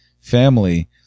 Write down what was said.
family